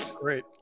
Great